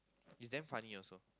he's damn funny also